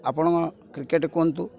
ଆପଣ କ୍ରିକେଟ କୁହନ୍ତୁ